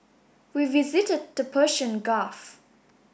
we visited the Persian Gulf